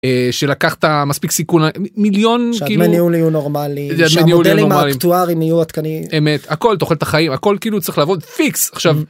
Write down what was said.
שלקח את המספיק סיכון. מיליון כאילו. שהדמי ניהול יהיו נורמליים, שהמודלים האקטוארים יהיו עדכניים. אמת. הכול. תוחלת החיים. הכול כאילו צריך לעבוד פיקס עכשיו.